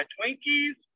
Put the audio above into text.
Twinkies